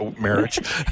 marriage